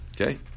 okay